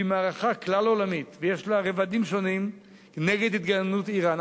שהיא מערכה כלל-עולמית ויש לה רבדים שונים נגד התגרענות אירן.